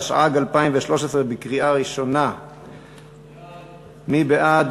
התשע"ג 2013. מי בעד?